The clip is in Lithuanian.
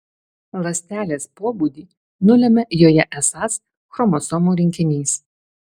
ląstelės pobūdį nulemia joje esąs chromosomų rinkinys